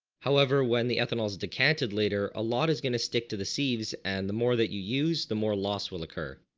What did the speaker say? however when the ethanol is is decanted later a lot is going to stick to the seeds and the more that you use the more loss will occur.